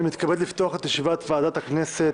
אני מתכבד לפתוח את ישיבת ועדת הכנסת.